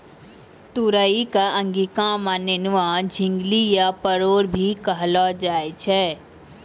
तुरई कॅ अंगिका मॅ नेनुआ, झिंगली या परोल भी कहलो जाय छै